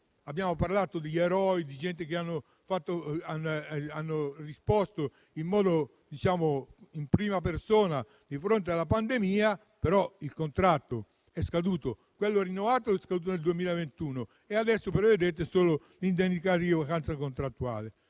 Abbiamo parlato di eroi, di persone che hanno risposto in prima persona di fronte alla pandemia, però il contratto è scaduto, quello rinnovato è scaduto nel 2021 e adesso prevedete solo l'indennità di vacanza contrattuale.